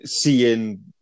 seeing